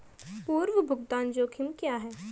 पूर्व भुगतान जोखिम क्या हैं?